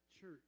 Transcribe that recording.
church